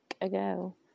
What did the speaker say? ago